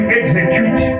execute